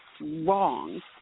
wrong